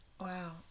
Wow